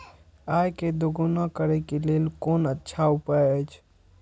आय के दोगुणा करे के लेल कोन अच्छा उपाय अछि?